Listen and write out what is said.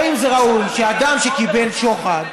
האם זה ראוי שאדם שקיבל שוחד,